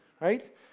right